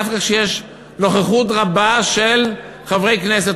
דווקא כשיש נוכחות רבה של חברי כנסת,